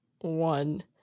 one